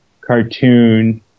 cartoon